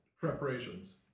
preparations